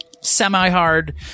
semi-hard